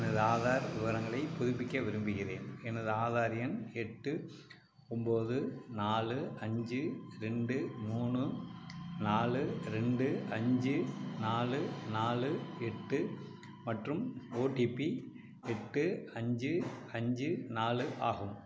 எனது ஆதார் விவரங்களைப் புதுப்பிக்க விரும்புகிறேன் எனது ஆதார் எண் எட்டு ஒன்போது நாலு அஞ்சு ரெண்டு மூணு நாலு ரெண்டு அஞ்சு நாலு நாலு எட்டு மற்றும் ஓடிபி எட்டு அஞ்சு அஞ்சு நாலு ஆகும்